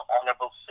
Honorable